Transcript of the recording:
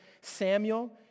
Samuel